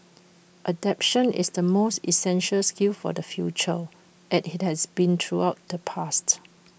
adaptation is the most essential skill for the future as IT has been throughout the past